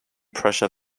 pressure